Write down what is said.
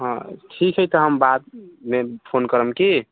हँ ठीक हइ तऽ हम बादमे फोन करम कि